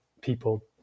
people